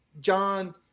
John